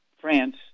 France